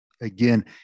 Again